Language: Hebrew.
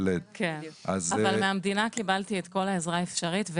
אבל מהמדינה קיבלתי את כל העזרה האפשרית.